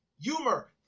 humor